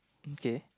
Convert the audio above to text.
okay